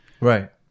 Right